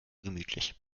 gemütlich